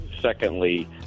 Secondly